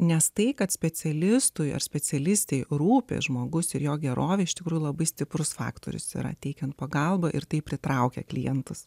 nes tai kad specialistui ar specialistei rūpi žmogus ir jo gerovė iš tikrųjų labai stiprus faktorius yra teikiant pagalbą ir taip pritraukia klientus